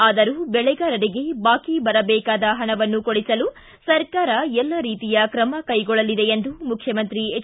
ಆದರೂ ಬೆಳೆಗಾರರಿಗೆ ಬಾಕಿ ಬರಬೇಕಾದ ಹಣವನ್ನು ಕೊಡಿಸಲು ಸರ್ಕಾರ ಎಲ್ಲ ರೀತಿಯ ತ್ರಮ ಕೈಗೊಳ್ಳಲಿದೆ ಎಂದು ಮುಖ್ಯಮಂತ್ರಿ ಎಚ್